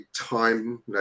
time